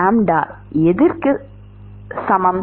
மாணவர்எது க்கு சமம்